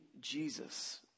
Jesus